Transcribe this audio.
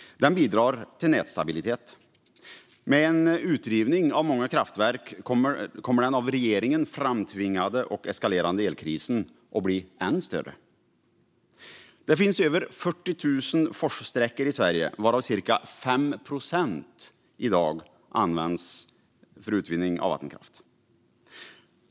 Den bidrar till nätstabilitet. Med en utrivning av många kraftverk kommer den av regeringen framtvingande och eskalerande elkrisen att bli ännu större. Det finns över 40 000 forssträckor i Sverige varav cirka 5 procent i dag används för utvinning av vattenkraft.